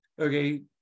okay